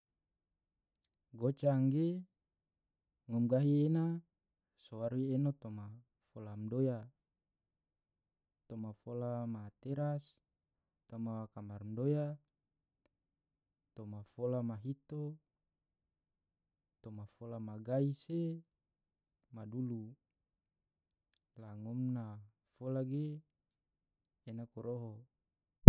goca angge ngom gahi ena so wari eno toma fola mdoya, toma fola ma teras, toma kamar madoya, toma fola ma hito, toma fola ma gai se ma dulu, la ngom na fola ge ena koroho.